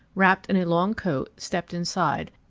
wrapped in a long coat, stepped inside,